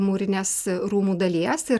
mūrinės rūmų dalies ir